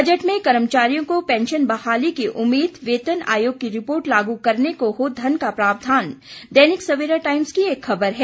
budget में कर्मचारियों को पेंशन बहाली की उम्मीद वेतन आयोग की रिपोर्ट लागू करने को हो धन का प्रावधान दैनिक सवेरा टाइम्स की एक खबर है